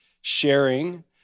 sharing